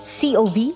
CoV